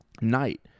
night